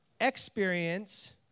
experience